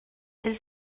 elle